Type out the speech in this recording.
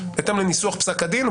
בהתאם לניסוח פסק הדין.